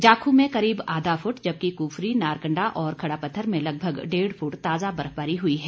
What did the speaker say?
जाखू में करीब आधा फुट जबकि कुफरी नारकंडा और खड़ा पत्थर में लगभग डेढ फुट ताजा बर्फबारी हुई है